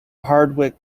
hardwick